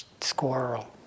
squirrel